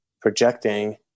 projecting